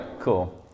cool